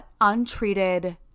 untreated